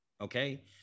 Okay